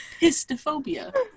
Pistophobia